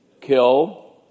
kill